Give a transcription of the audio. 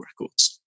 records